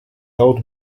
old